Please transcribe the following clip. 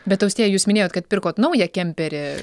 bet austėja jūs minėjot kad pirkot naują kemperį